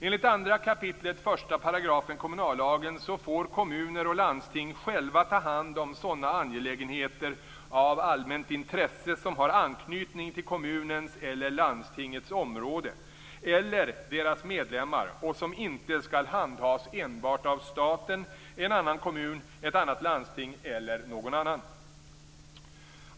Enligt 2 kap. 1 § kommunallagen får kommuner och landsting själva ta hand om sådana angelägenheter av allmänt intresse som har anknytning till kommunens eller landstingets område eller till deras medlemmar och som inte skall handhas enbart av staten, en annan kommun, ett annat landsting eller någon annan.